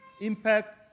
impact